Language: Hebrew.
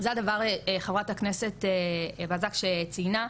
זה הדבר שחברת הכנסת בזק ציינה,